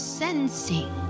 sensing